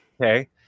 Okay